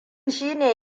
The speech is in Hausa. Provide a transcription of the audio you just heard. shine